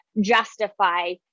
justify